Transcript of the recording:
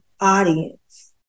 audience